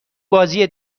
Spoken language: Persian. بازی